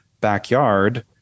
backyard